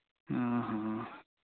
ᱦᱮᱸ ᱦᱮᱸ